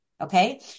okay